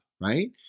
right